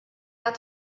out